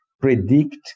predict